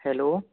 hello